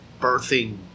birthing